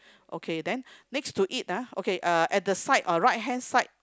okay then next to it ah okay uh at the side uh right hand side